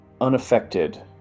unaffected